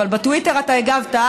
אבל בטוויטר אתה הגבת,